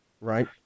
right